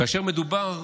כאשר מדובר,